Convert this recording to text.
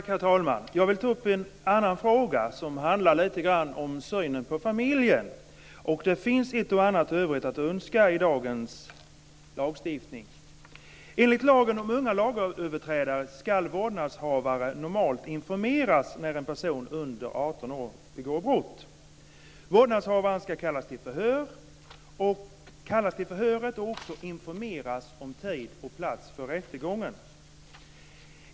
Herr talman! Jag vill ta upp en annan fråga - det handlar om synen på familjen. Där finns ett och annat övrigt att önska i dagens lagstiftning. Enligt lagen om unga lagöverträdare ska vårdnadshavare normalt informeras när en person under 18 år begår brott. Vårdnadshavaren ska kallas till förhöret, och även informeras om tid och plats för rättegången.